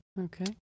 Okay